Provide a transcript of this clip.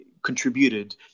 contributed